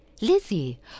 lizzie